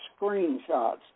screenshots